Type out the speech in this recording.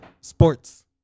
sports